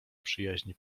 przyjaźni